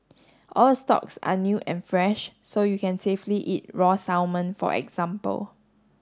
all stocks are new and fresh so you can safely eat raw salmon for example